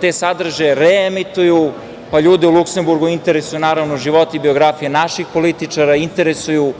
te sadržaje reemituju, pa ljude u Luksemburgu interesuju naravno životi i biografije naših političara, interesuju